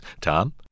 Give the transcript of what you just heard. Tom